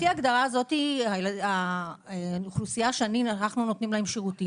מבחינתי האוכלוסייה שאנחנו נותנים לה שירותים,